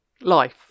Life